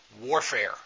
warfare